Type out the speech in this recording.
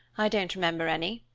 i don't remember any,